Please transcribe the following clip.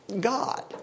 God